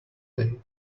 day